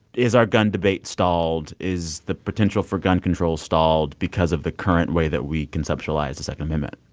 is our gun debate stalled? is the potential for gun control stalled because of the current way that we conceptualize the second amendment?